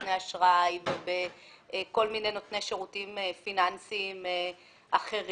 בנותני אשראי ובכל מיני נותני שירותים פיננסיים אחרים,